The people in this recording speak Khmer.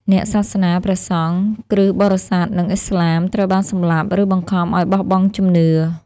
អ្នកសាសនា ព្រះសង្ឃ គ្រិស្តបរិស័ទ និងឥស្លាម ត្រូវបានសម្លាប់ ឬបង្ខំឱ្យបោះបង់ជំនឿ។